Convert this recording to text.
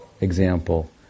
example